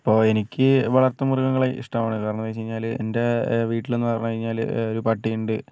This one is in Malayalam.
ഇപ്പോൾ എനിക്ക് വളർത്തു മൃഗങ്ങളെ ഇഷ്ടമാണ് കാരണം എന്ന് വെച്ച് കഴിഞ്ഞാൽ എന്റെ വീട്ടിൽ എന്ന് പറഞ്ഞു കഴിഞ്ഞാൽ ഒരു പട്ടിയുണ്ട്